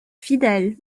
fidèle